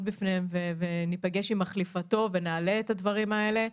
בפניהם וניפגש עם מחליפתו ונעלה את הדברים האלה.